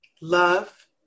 Love